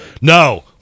No